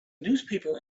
newspaper